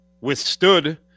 withstood